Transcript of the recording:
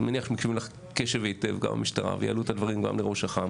אני מניח שמקשיבים לך קשב היטב גם המשטרה ויעלו את הדברים גם לראש אח"מ,